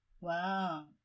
wow